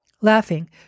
Laughing